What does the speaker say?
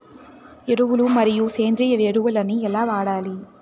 ఎరువులు మరియు సేంద్రియ ఎరువులని ఎలా వాడాలి?